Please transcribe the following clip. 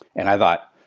and i thought,